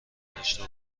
داشته